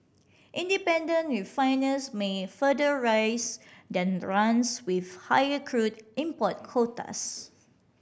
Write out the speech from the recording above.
independent refiners may further raise their runs with higher crude import quotas